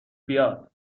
بیاد